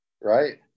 Right